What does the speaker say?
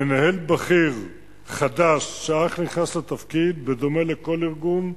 מנהל בכיר חדש, שאך נכנס לתפקיד, כמו בכל ארגון,